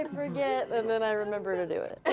ah yeah and then i remember to do it, and